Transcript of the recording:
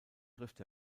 trifft